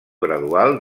gradual